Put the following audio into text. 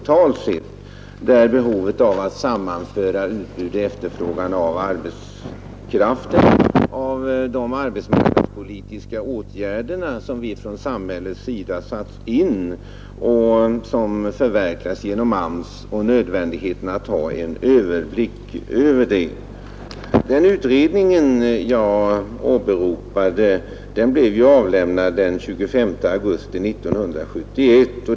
Jag tänker här på behovet av att sammanföra utbud och efterfrågan av arbetskraft, de arbetsmarknadspolitiska åtgärder som satts in från samhällets sida och som förverkligas genom AMS samt nödvändigheten av att ha en överblick över hela området. Den utredning som jag åberopade avlämnade sitt betänkande den 25 augusti 1971.